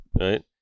right